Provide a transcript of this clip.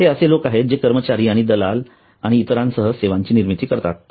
हे असे लोक आहेत जे कर्मचारी आणि दलाल आणि इतरांसह सेवांची निर्मिती करतात